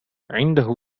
عنده